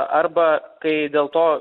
arba kai dėl to